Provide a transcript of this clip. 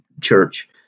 church